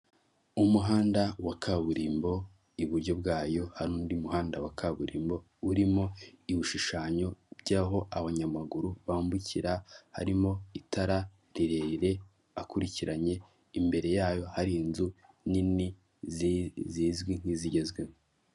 Umuhanda wa kaburimbo, iburyo bwayo hari undi muhanda wa kaburimbo urimo ibishushanyo by'aho abanyamaguru bambukira; harimo itara rirerire akurikiranye imbere yayo hari inzu nini zizwi nk'izigezweho.